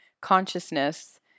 consciousness